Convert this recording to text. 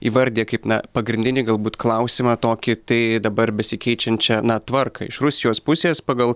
įvardija kaip na pagrindinį galbūt klausimą tokį tai dabar besikeičiančią na tvarką iš rusijos pusės pagal